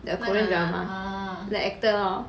the korean drama the actor lor